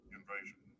invasion